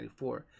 1994